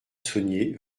saunier